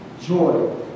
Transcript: joy